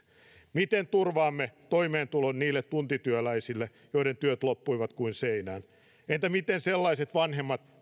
miten turvaamme toimeentulon niille tuntityöläisille joiden työt loppuivat kuin seinään entä miten sellaiset vanhemmat